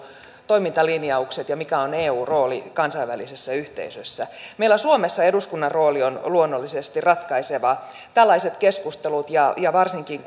toimintalinjaukset ja mikä on eun rooli kansainvälisessä yhteisössä meillä suomessa eduskunnan rooli on luonnollisesti ratkaiseva tällaiset keskustelut ja ja varsinkin